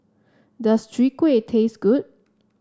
does Chwee Kueh taste good